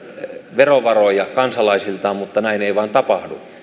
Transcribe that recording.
verovaroja kansalaisiltaan mutta näin ei vain tapahdu